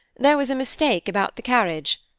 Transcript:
there was a mistake about the carriage,